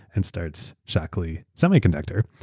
and starts shockley semiconductor,